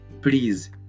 Please